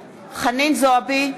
זועבי,